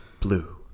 blue